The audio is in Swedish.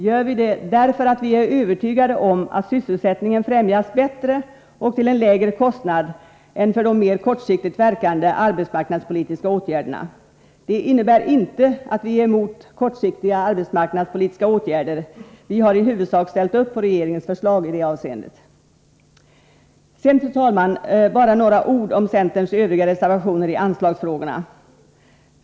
Vi gör det därför att vi är övertygade om att sysselsättningen främjas bättre och till en lägre kostnad än när det gäller de mer kortsiktigt verkande arbetsmarknadspolitiska åtgärderna. Det innebär inte att vi är emot kortsiktiga arbetsmarknadspolitiska åtgärder. Vi har i huvudsak ställt upp på regeringens förslag i det avseendet. Sedan, fru talman, bara några ord om centerns övriga reservationer i anslagsfrågorna.